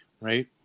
right